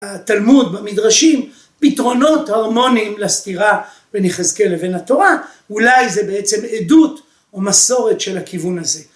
‫התלמוד במדרשים, פתרונות ‫הרמוניים לסתירה בין יחזקאל ובין התורה, ‫אולי זה בעצם עדות ‫או מסורת של הכיוון הזה.